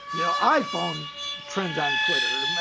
you know, iphone trends on twitter.